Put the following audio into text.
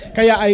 Kaya